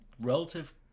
relative